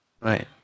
Right